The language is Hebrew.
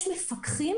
יש מפקחים